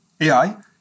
AI